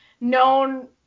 known